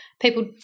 people